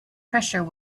pressure